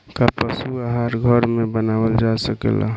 का पशु आहार घर में बनावल जा सकेला?